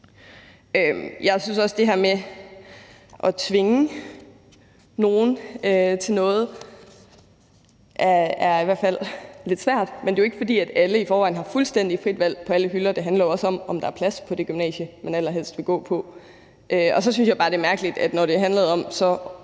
Jeg synes også, at det her med at tvinge nogle til noget i hvert fald er lidt svært, men det er jo ikke, fordi alle i forvejen har fuldstændig frit valg på alle hylder. Det handler jo også om, om der er plads på det gymnasium, man allerhelst vil gå på. Så synes jeg bare, det er mærkeligt, at når det handlede om